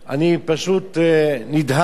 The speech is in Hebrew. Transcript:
אני פשוט נדהמתי.